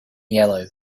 yellow